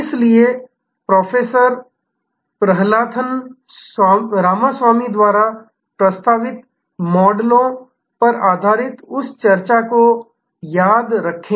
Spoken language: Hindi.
इसलिए प्रोफेसर प्रहलाथन रामास्वामी द्वारा प्रस्तावित मॉडलों पर आधारित उस चर्चा को याद रखें